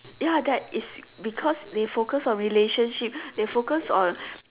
ya that is because they focus on relationship they focus on